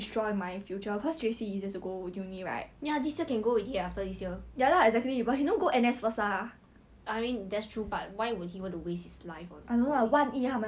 ya ya eh he was he that time he haven't come poly yet like he was still in J_C he haven't transfer yet then 他为了那个男孩子 then 他来我们的学校 to talk to that guy